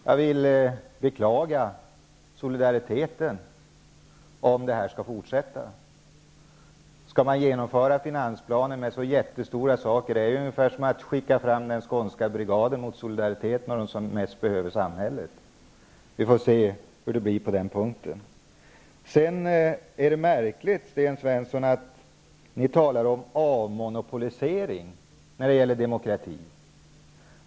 Jag vill beklaga solidariteten om detta skall fortsätta. Skall man genomföra finansplanen med dess jättestora förändringar är det ungefär som att skicka fram den skånska brigaden mot solidariteten och dem som bäst behöver samhället. Vi får se hur det blir på den punkten. Det är märkligt, Sten Svensson, att ni talar om avmonopolisering när det gäller demokratin.